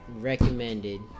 Recommended